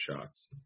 shots